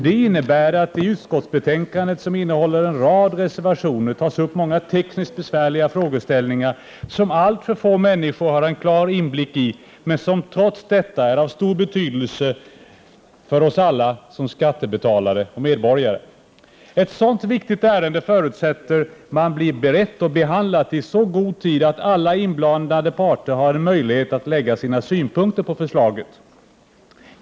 Det innebär att det i utskottsbetänkandet, som innehåller en rad reservationer, tas upp många tekniskt besvärliga frågeställningar, som alltför få människor har en klar inblick i, men som trots detta är av stor betydelse för oss alla som skattebetalare och medborgare. Ett sådant viktigt ärende förutsätter man blir berett och behandlat i så god tid att alla inblandade parter har en möjlighet att lägga sina synpunkter på förslaget.